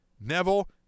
Neville